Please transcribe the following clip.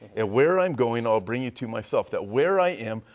and where i am going i will bring you to myself. that where i am,